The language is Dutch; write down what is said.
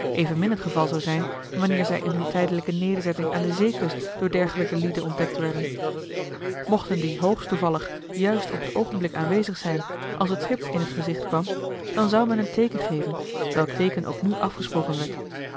evenmin het geval zou zijn wanneer zij in hun tijdelijke nederzetting aan de zeekust door dergelijke lieden ontdekt werden mochten die hoogst toevallig juist op het oogenblik aanwezig zijn als het schip in t gezicht kwam dan zou men een teeken geven welk teeken ook nu afgesproken werd